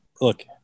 look